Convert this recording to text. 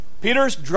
Peter's